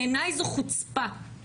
בעיניי, זו חוצפה.